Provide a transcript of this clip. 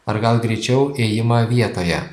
ar gal greičiau ėjimą vietoje